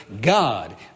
God